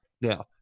now